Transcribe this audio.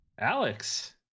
Alex